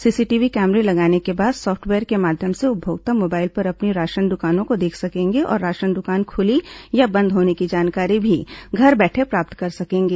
CCTV कैमरे लगने के बाद सॉफ्टवेयर के माध्यम से उपभोक्ता मोबाइल पर अपनी राशन दुकानों को देख सकेंगे और राशन द्वकान खुली या बंद होने की जानकारी भी घर बैठे प्राप्त कर सकेंगे